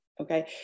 Okay